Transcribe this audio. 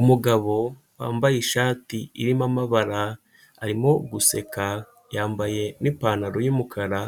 Umugabo wambaye ishati irimo amabara, arimo guseka yambaye n'ipantaro y'umukara,